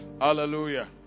Hallelujah